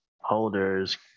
holders